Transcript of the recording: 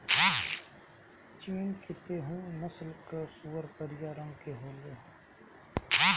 चीन के तैहु नस्ल कअ सूअर करिया रंग के होले